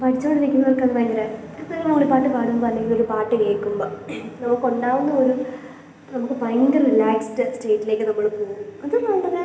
പഠിച്ചുകൊണ്ടിരിക്കുന്നവർക്കത് ഭയങ്കര ഒരു മൂളിപ്പാട്ട് പാടുമ്പോൾ അല്ലെങ്കിലൊരു പാട്ട് കേക്കുമ്പം നമുക്കുണ്ടാവുന്ന ഒരു നമുക്ക് ഭയങ്കര റിലാക്സ്ഡ് സ്റ്റേജിലേക്ക് നമ്മൾ പോവും അതുപോലെത്തന്നെ